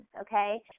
okay